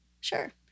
Sure